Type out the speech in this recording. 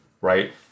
right